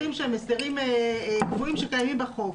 קבועים בו הסדרים קבועים,